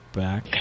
back